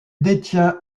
détient